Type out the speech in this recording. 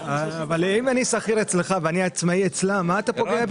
אני שכיר אצלך ואני עצמאי אצלם, למה אתה פוגע בי?